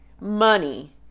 money